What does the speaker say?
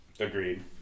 Agreed